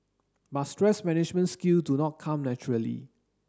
but stress management skill do not come naturally